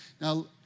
Now